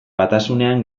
batasunean